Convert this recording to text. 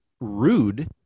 rude